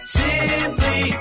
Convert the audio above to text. simply